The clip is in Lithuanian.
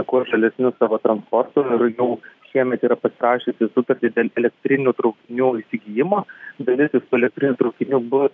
kuo žalesnius savo transportu ir jau šiemet yra pasirašiusi sutartį dėl elektrinių traukinių įsigijimo dalis visų elektrinių traukinių bus